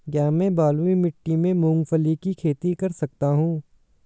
क्या मैं बलुई मिट्टी में मूंगफली की खेती कर सकता हूँ?